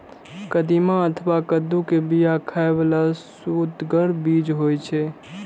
कदीमा अथवा कद्दू के बिया खाइ बला सुअदगर बीज होइ छै